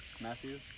Matthew